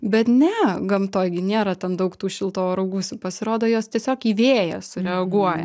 bet ne gamtoj gi nėra ten daug tų šilto oro gūsių pasirodo jos tiesiog į vėją sureaguoja